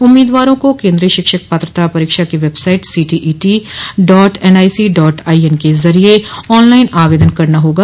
उम्मीदवारों को केन्द्रीय शिक्षक पात्रता परीक्षा की website CTET dot N I C dot I N के जरिए ऑन लाइन आवेदन करना होगा